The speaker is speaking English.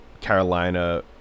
Carolina